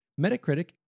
Metacritic